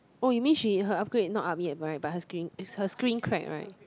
oh you mean she her upgrade not up yet right but her screen her screen crack right